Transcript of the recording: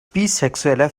bisexueller